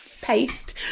paste